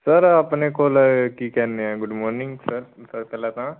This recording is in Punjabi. ਸਰ ਆਪਣੇ ਕੋਲ ਕੀ ਕਹਿੰਦੇ ਆ ਗੁਡ ਮੋਰਨਿੰਗ ਸਰ ਪਹਿਲਾਂ ਤਾਂ